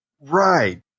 Right